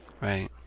Right